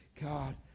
God